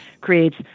creates